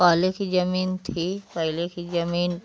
पहले की जमीन थी पहले की जमीन